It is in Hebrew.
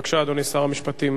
בבקשה, אדוני שר המשפטים